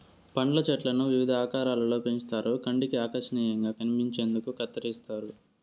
పండ్ల చెట్లను వివిధ ఆకారాలలో పెంచుతారు కంటికి ఆకర్శనీయంగా కనిపించేందుకు కత్తిరిస్తారు